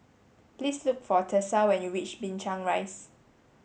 please look for Tessa when you reach Binchang Rise